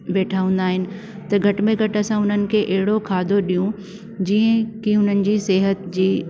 वेठा हूंदा आहिनि त घटि में घटि असां उन्हनि खे एढ़ो खाधो ॾियूं जीअं ई कि उन्हनि जी सिहत जी